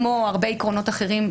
כמו הרבה עקרונות אחרים,